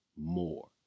more